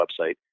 website